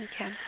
Okay